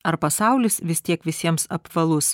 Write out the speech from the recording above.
ar pasaulis vis tiek visiems apvalus